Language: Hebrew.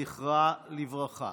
זכרה לברכה.